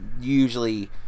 usually